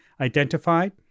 identified